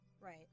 right